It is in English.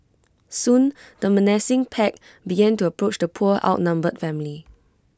soon the menacing pack began to approach the poor outnumbered family